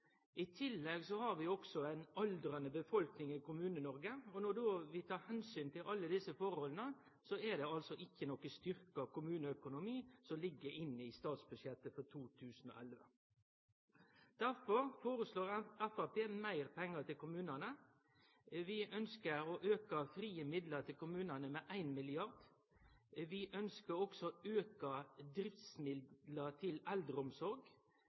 I tillegg blir vi fleire i dette landet. Fleire innbyggjarar kostar meir pengar. Vi har også ei aldrande befolkning i Kommune-Noreg. Når vi tek omsyn til alle desse forholda, er det ikkje nokon styrkt kommuneøkonomi som ligg inne i statsbudsjettet for 2011. Derfor foreslår Framstegspartiet meir pengar til kommunane. Vi ønskjer å auke frie midlar til kommunane med 1 mrd. kr. Vi ønskjer å auke driftsmidlane til eldreomsorg